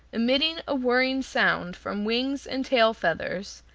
emitting a whirring sound from wings and tail feathers,